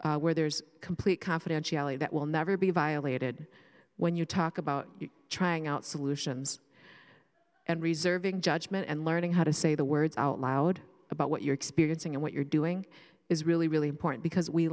where there's complete confidentiality that will never be violated when you talk about trying out solutions and reserving judgment and learning how to say the words out loud about what you're experiencing and what you're doing is really really important